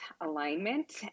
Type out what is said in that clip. alignment